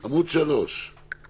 עמ' 3 למעלה.